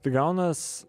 tai gaunas